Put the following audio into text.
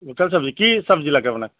local চব্জি কি চবজি লাগে আপোনাক